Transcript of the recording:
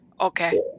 Okay